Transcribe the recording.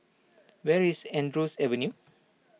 where is Andrews Avenue